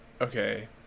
Okay